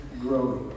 growing